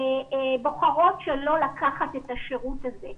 בוחרות שלא לקחת את השירות הזה.